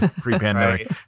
pre-pandemic